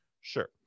sure